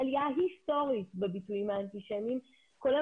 עלייה היסטורית בביטויים האנטישמיים כולל